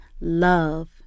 love